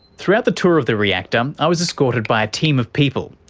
throughout the tour of the reactor i was escorted by a team of people,